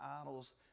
idols